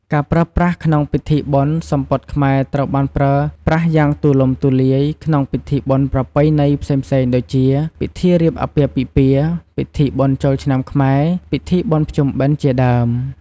ការប្រើប្រាស់ក្នុងពិធីបុណ្យ សំពត់ខ្មែរត្រូវបានគេប្រើប្រាស់យ៉ាងទូលំទូលាយក្នុងពិធីបុណ្យប្រពៃណីផ្សេងៗដូចជា ពិធីរៀបអាពាហ៍ពិពាហ៍ ពិធីបុណ្យចូលឆ្នាំខ្មែរ ពិធីបុណ្យភ្ជុំបិណ្ឌ ជាដើម។